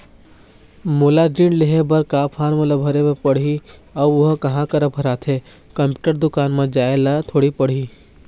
मोला ऋण लेहे बर का फार्म ला भरे ले पड़ही अऊ ओहर कहा करा भराथे, कंप्यूटर दुकान मा जाए ला थोड़ी पड़ही?